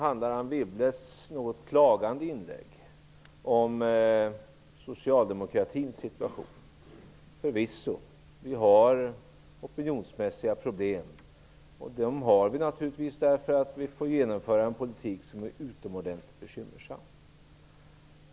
Anne Wibbles något klagande inlägg handlar om socialdemokratins situation. Förvisso har vi opinionsmässiga problem, och dessa har vi därför att vi får genomföra en politik som är utomordentligt bekymmersam.